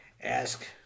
Ask